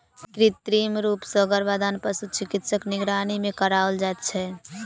कृत्रिम रूप सॅ गर्भाधान पशु चिकित्सकक निगरानी मे कराओल जाइत छै